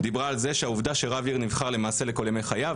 דיברה על זה שהעובדה שרב עיר נבחר למעשה לכל ימי חייו,